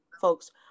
folks